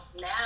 now